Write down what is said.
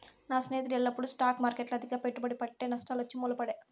నా స్నేహితుడు ఎల్లప్పుడూ స్టాక్ మార్కెట్ల అతిగా పెట్టుబడి పెట్టె, నష్టాలొచ్చి మూల పడే